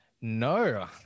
No